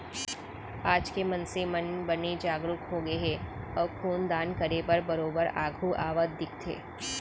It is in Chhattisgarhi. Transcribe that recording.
आज के मनसे मन बने जागरूक होगे हे अउ खून दान करे बर बरोबर आघू आवत दिखथे